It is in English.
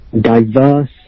diverse